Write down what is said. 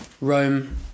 Rome